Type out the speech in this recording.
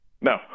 no